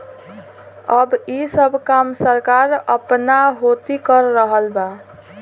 अब ई सब काम सरकार आपना होती कर रहल बा